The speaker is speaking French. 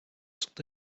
sont